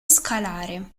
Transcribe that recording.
scalare